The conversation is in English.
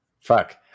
Fuck